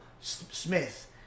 Smith